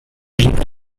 index